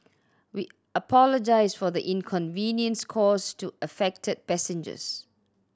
we apologise for the inconvenience caused to affected passengers